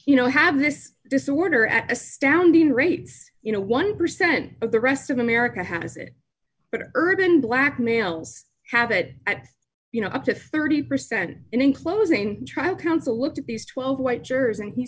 you know have this disorder at astounding rates you know one percent of the rest of america has it but urban black males have it at you know up to thirty percent in inclosing trial counsel looked at these twelve white jurors and he